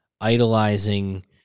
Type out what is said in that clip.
idolizing